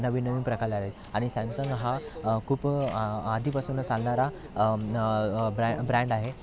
नवीन नवीन प्रकार आले आणि सॅमसंग हा खूप आधीपासून चालणारा ब्रँ ब्रँड आहे